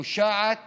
פושעת